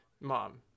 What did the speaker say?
mom